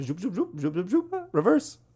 reverse